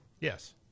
Yes